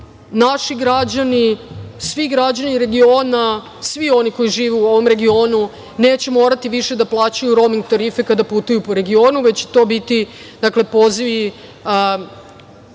naši građani, svi građani regiona, svi oni koji žive u ovom regionu neće morati više da plaćaju roming tarife kada putuju po regionu, već će to biti pozivi